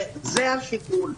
זה השיקול.